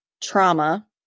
trauma